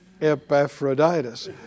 Epaphroditus